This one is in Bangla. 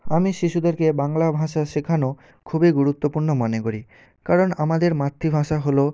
আমি শিশুদেরকে বাংলা ভাষা শেখানো খুবই গুরুত্বপূর্ণ মনে করি কারণ আমাদের মাতৃভাষা হল